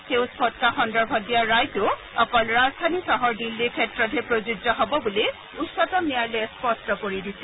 সেউজ ফটকা সন্দৰ্ভত দিয়া ৰায়টো অকল ৰাজধানী চহৰ দিল্লীৰ ক্ষেত্ৰতহে প্ৰযোজ্য হ'ব বুলি উচ্চতম ন্যায়ালয়ে স্পষ্ট কৰি দিছে